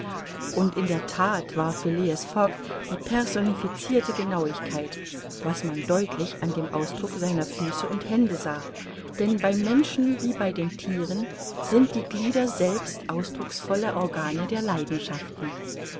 und in der that war phileas fogg die personificirte genauigkeit was man deutlich an dem ausdruck seiner füße und hände sah denn beim menschen wie bei den thieren sind die glieder selbst ausdrucksvolle organe der leidenschaften